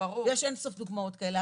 יש אין סוף דוגמאות כאלה.